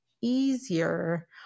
easier